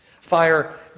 Fire